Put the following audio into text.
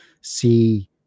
see